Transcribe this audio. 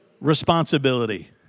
responsibility